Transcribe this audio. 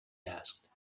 asked